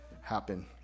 happen